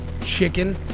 chicken